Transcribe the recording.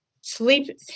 sleep